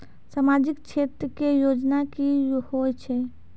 समाजिक क्षेत्र के योजना की होय छै?